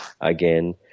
again